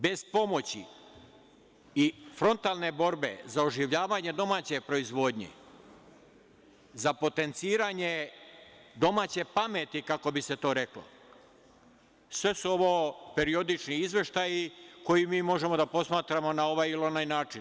Bez pomoći i frontalne borbe za oživljavanje domaće proizvodnje, za potenciranje domaće pameti, kako bi se to reklo, sve su ovo periodični izveštaji koje mi možemo da posmatramo na ovaj ili onaj način.